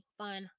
fun